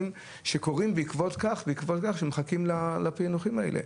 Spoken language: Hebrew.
שקורים בעקבות כך שמחכים לפענוחים האלה.